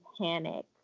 panic